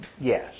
Yes